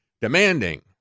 demanding